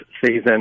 season